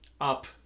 up